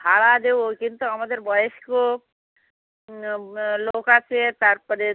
ভাড়া দেব কিন্তু আমাদের বয়স্ক লোক আছে তারপরে